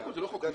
זה לא חוק נפרד.